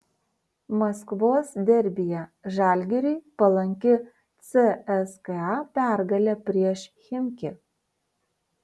maskvos derbyje žalgiriui palanki cska pergalė prieš chimki